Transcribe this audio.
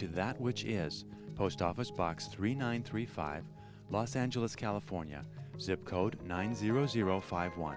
to that which is post office box three nine three five los angeles california zip code nine zero zero five one